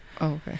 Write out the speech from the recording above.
okay